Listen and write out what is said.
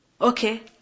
Okay